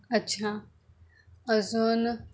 अच्छा अजून